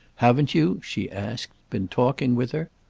haven't you, she asked, been talking with her?